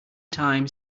time